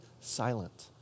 silent